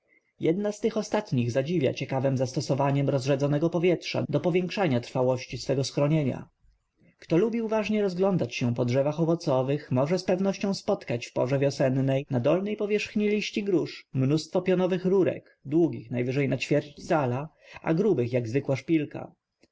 jedna z tych ostatnich zadziwia ciekawem zastosowaniem rozrzedzonego powietrza do powiększenia trwałości swego schronienia kto lubi uważnie rozglądać się po drzewach owocowych może z pewnością spotkać w porze wiosennej na dolnej powierzchni liści grusz mnóstwo pionowych rurek długich najwyżej na ćwierć cala a grubych jak zwykła szpilka